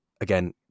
again